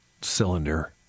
cylinder